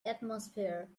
atmosphere